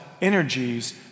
energies